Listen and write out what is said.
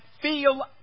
Feel